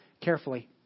carefully